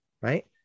right